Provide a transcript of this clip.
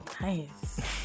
nice